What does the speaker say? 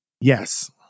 Yes